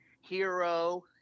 Hero